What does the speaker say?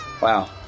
Wow